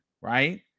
right